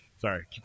Sorry